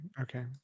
Okay